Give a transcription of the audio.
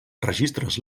registres